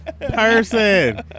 person